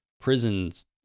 prisons